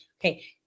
Okay